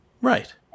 Right